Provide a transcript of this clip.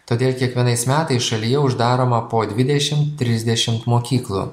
todėl kiekvienais metais šalyje uždaroma po dvidešim trisdešim mokyklų